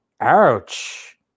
Ouch